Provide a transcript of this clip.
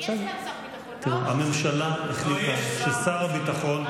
אז שיבוא סגן שר הביטחון,